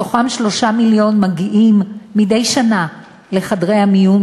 מתוכם: 3 מיליון מגיעים מדי שנה לחדרי המיון,